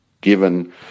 Given